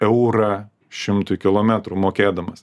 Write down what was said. eurą šimtui kilometrų mokėdamas